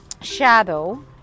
shadow